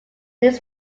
his